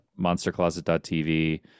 monstercloset.tv